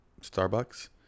Starbucks